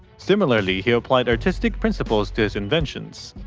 similarly, he applied artistic principles to his inventions.